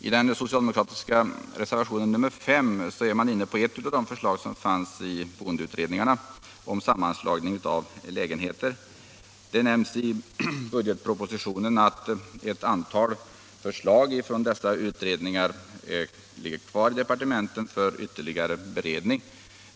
I den socialdemokratiska reservationen 5 är man inne på ett av de förslag som fanns i boendeutredningarna, nämligen sammanslagning av lägenheter. Det nämns i budgetpropositionen att ett antal förslag från dessa utredningar ligger kvar i departementen för ytterligare beredning.